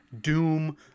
doom